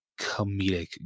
comedic